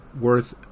worth